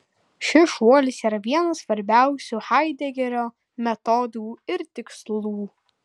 šis šuolis yra vienas svarbiausių haidegerio metodų ir tikslų